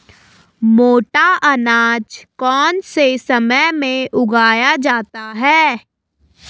मोटा अनाज कौन से समय में उगाया जाता है?